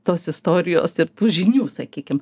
tos istorijos ir tų žinių sakykim